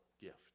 gift